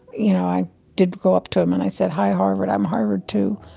you know, i did go up to him and i said, hi, harvard, i'm harvard, too